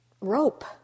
rope